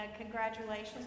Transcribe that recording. congratulations